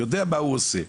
יודע מה הא עושה,